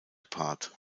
part